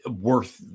worth